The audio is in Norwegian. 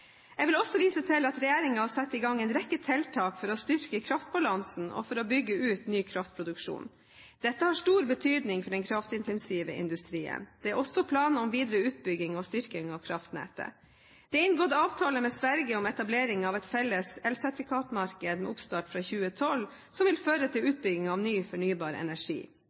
Jeg vil også vise til at regjeringen har satt i gang en rekke tiltak for å styrke kraftbalansen og for å bygge ut ny kraftproduksjon. Dette har stor betydning for den kraftintensive industrien. Det er også planer om videre utbygging og styrking av kraftnettet. Det er inngått avtale med Sverige om etablering av et felles elsertifikatmarked med oppstart fra 2012, som vil føre til utbygging av ny fornybar energi,